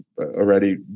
already